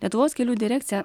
lietuvos kelių direkcija